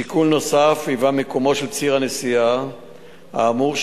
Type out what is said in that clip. שיקול נוסף היווה מיקומו של ציר הנסיעה האמור,